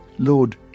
Lord